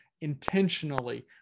intentionally